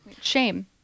shame